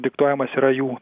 diktuojamas yra jų